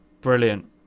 brilliant